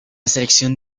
selección